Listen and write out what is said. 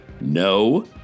no